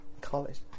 College